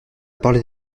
parole